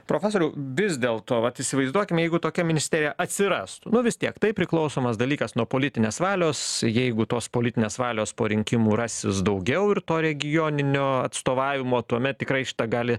profesoriau vis dėl to vat įsivaizduokim jeigu tokia ministerija atsirastų nu vis tiek taip priklausomas dalykas nuo politinės valios jeigu tos politinės valios po rinkimų rasis daugiau ir to regioninio atstovavimo tuomet tikrai šita gali